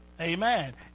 Amen